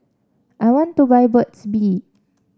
I want to buy Burt's Bee